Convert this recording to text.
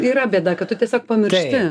yra bėda kad tu tiesiog pamiršti